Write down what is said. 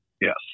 yes